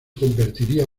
convertiría